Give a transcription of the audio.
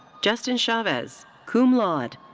justin chavez, cum laude.